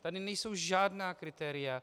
Tady nejsou žádná kritéria.